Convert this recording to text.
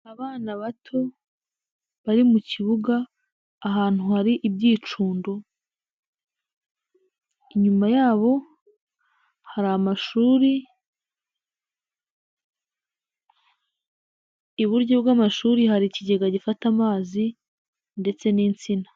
Abana bato bari mu kibuga ahantu hari ibyicundo, inyuma yabo hari amashuri, iburyo bw'amashuri hari ikigega gifata amazi ndetse n'insina.